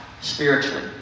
spiritually